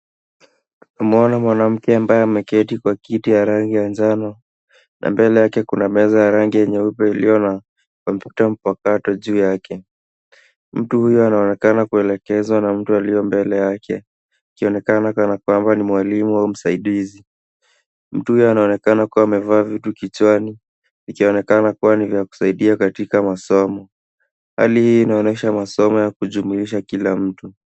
Tumeona mwanamke ambaye ameketi kwa kiti ya rangi ya njano na mbele yake kuna meza ya rangi ya nyeupe iliyo na kompyuta mpakato juu yake. Mtu huyo anaonekana kuelekezwa na mtu aliye mbele yake, akionekana kana kwamba ni mwalimu au msaidizi. Mtu huyo anaonekana kuwa amevaa vitu kichwani, ikionekana kuwa ni vya kusaidia katika masomo. Hali hii inaonyesha masomo ya kujumuisha kila mtu.